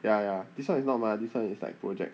ya ya this one is not mah this one is like project